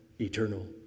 eternal